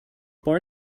born